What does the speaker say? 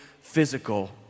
physical